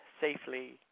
safely